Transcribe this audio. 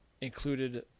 included